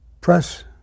press